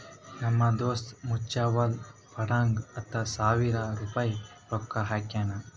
ನಮ್ ದೋಸ್ತ್ ಮ್ಯುಚುವಲ್ ಫಂಡ್ನಾಗ್ ಹತ್ತ ಸಾವಿರ ರುಪಾಯಿ ರೊಕ್ಕಾ ಹಾಕ್ಯಾನ್